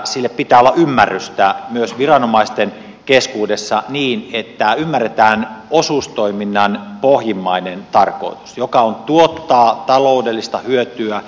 sille pitää olla ymmärrystä myös viranomaisten keskuudessa niin että ymmärretään osuustoiminnan pohjimmainen tarkoitus joka on tuottaa taloudellista hyötyä osakkailleen